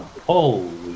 Holy